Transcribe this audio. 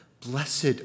blessed